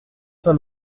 saint